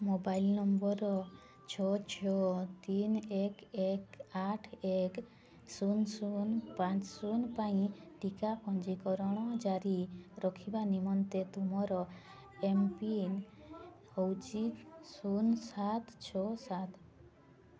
mobile number ଛଅ ଛଅ ତିନି ଏକ ଏକ ଆଠ ଏକ ଶୂନ ଶୂନ ପାଞ୍ଚ ଶୂନ ପାଇଁ ଟିକା ପଞ୍ଜୀକରଣ ଜାରି ରଖିବା ନିମନ୍ତେ ତୁମର ଏମ୍ ପିନ୍ ହେଉଛି ଶୂନ ସାତ ଛଅ ସାତ